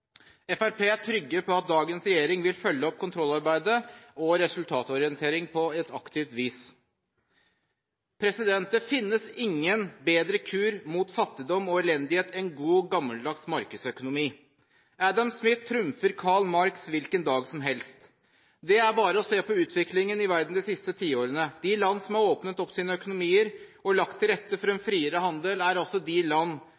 Fremskrittspartiet er trygge på at dagens regjering vil følge opp kontrollarbeidet og resultatorienteringen på et aktivt vis. Det finnes ingen bedre kur mot fattigdom og elendighet enn god gammeldags markedsøkonomi. Adam Smith trumfer Karl Marx hvilken dag som helst. Det er bare å se på utviklingen i verden de siste tiårene. De landene som har åpnet opp sine økonomier og lagt til rette for en friere handel, er også de